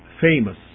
famous